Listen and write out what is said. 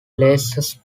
lesser